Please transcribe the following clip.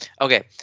okay